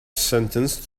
sentence